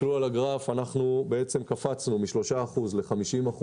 קפצנו מ-3% ל-50%.